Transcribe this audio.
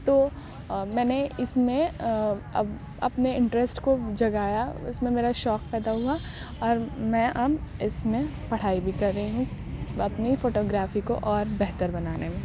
تو میں نے اس میں اپ اپنے انٹریسٹ کو جگایا اس میں میرا شوق پیدا ہوا اور میں اب اس میں پڑھائی بھی کر رہی ہوں اپنی فوٹو گرافی کو اور بہتر بنانے میں